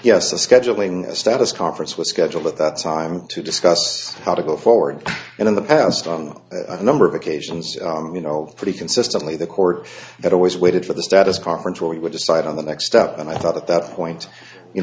a scheduling a status conference was scheduled at that time to discuss how to go forward in the past on a number of occasions you know pretty consistently the court that always waited for the status conference where we would decide on the next step and i thought at that point you